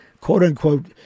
quote-unquote